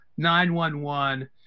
911